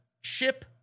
ship